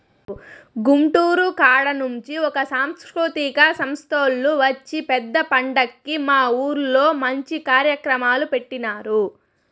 గుంటూరు కాడ నుంచి ఒక సాంస్కృతిక సంస్తోల్లు వచ్చి పెద్ద పండక్కి మా ఊర్లో మంచి కార్యక్రమాలు పెట్టినారు